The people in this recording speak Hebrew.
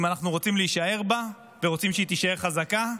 אם אנחנו רוצים להישאר בה ורוצים שהיא תישאר חזקה,